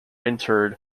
interred